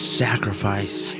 sacrifice